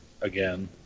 again